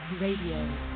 Radio